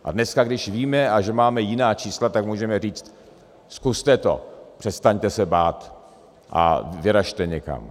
A dneska, když víme, že máme jiná čísla, tak můžeme říct: zkuste to, přestaňte se bát a vyrazte někam.